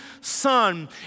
son